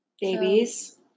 babies